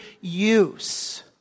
use